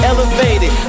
Elevated